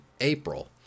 April